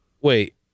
Wait